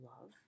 love